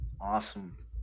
Awesome